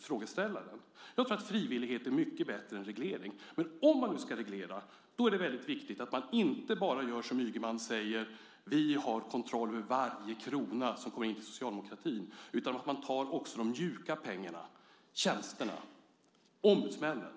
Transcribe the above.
frågeställaren. Jag tror att frivillighet är mycket bättre än reglering. Men om man nu ska reglera så är det viktigt att man inte bara gör som Ygeman säger - att man har kontroll över varje krona som kommer in till socialdemokratin - utan att man också tar de mjuka pengarna, tjänsterna och ombudsmännen.